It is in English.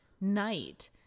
night